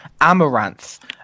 Amaranth